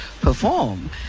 Perform